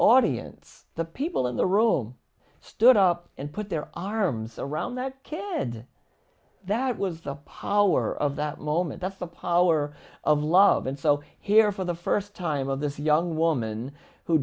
audience the people in the room stood up and put their arms around that kid that was the power of that moment that's the power of love and so here for the first time of this young woman who